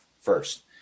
first